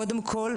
קודם כול,